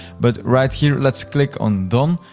but, right here, let's click on done.